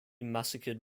massacred